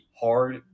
hard